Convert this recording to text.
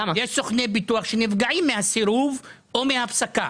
יש סוכני ביטוח שנפגעים מהסירוב או מההפסקה.